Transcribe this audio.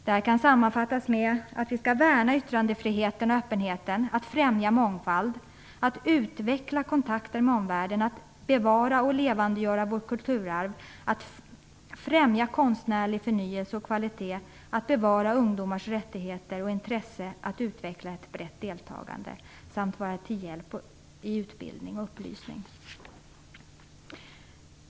Det här sammanfattas med att vi skall värna yttrandefriheten och öppenheten, främja mångfald, utveckla kontakter med omvärlden, bevara och levandegöra vårt kulturarv, främja konstnärlig förnyelse och kvalitet, bevara ungdomars rättigheter och intresse, utveckla ett brett deltagande samt vara till hjälp vid utbildning och upplysning.